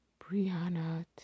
Brianna